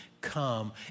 Come